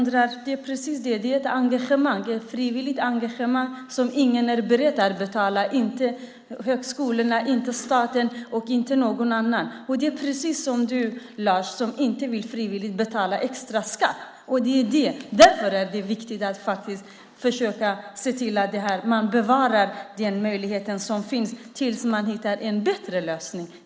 Det är ett frivilligt engagemang som ingen är beredd att betala för, inte högskolorna, inte staten, inte någon annan. Det är precis som du, Lars, som inte frivilligt vill betala extra skatt. Därför är det viktigt att försöka se till att man bevarar den möjlighet som finns tills man hittar en bättre lösning.